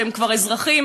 כשהם כבר אזרחים,